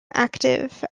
active